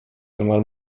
einmal